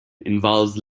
involves